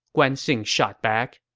guan xing shot back.